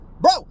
Bro